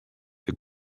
had